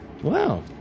Wow